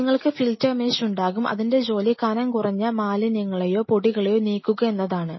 നിങ്ങൾക്ക് filter mesh ഉണ്ടാകും അതിന്റെ ജോലി കനംകുറഞ്ഞ മാലിന്യങ്ങളോ പൊടിയോ നീക്കുക എന്നതാണ്